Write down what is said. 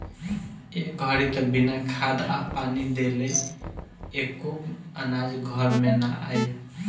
ए घड़ी त बिना खाद आ पानी देले एको अनाज घर में ना आई